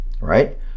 right